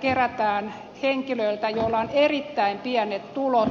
kerätään henkilöiltä joilla on erittäin pienet tulot